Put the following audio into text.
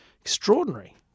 extraordinary